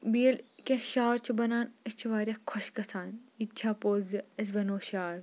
بیٚیہِ ییٚلہِ کینٛہہ شعر چھِ بَنان أسۍ چھِ وارایاہ خۄش گژھان یہِ تہِ چھا پوٚز زِ اَسہِ بَنوو شعر